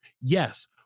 Yes